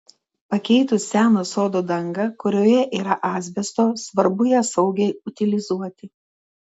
pakeitus seną stogo dangą kurioje yra asbesto svarbu ją saugiai utilizuoti